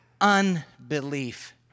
unbelief